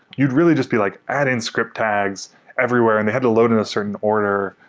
you'd really just be like adding script tags everywhere and they had to load in a certain order,